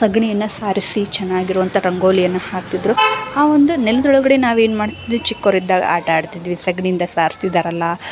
ಸಗಣಿಯನ್ನ ಸಾರಿಸಿ ಚೆನ್ನಾಗಿರುವಂಥ ರಂಗೋಲಿಯನ್ನ ಹಾಕ್ತಿದ್ದರು ಆ ಒಂದು ನೆಲ್ದೊಳಗಡೆ ನಾವೇನು ಮಾಡ್ತಿದ್ವಿ ಚಿಕ್ಕವರಿದ್ದಾಗ ಆಟ ಆಡ್ತಿದ್ವಿ ಸಗಣಿಯಿಂದ ಸಾರ್ಸಿದಾರಲ್ಲ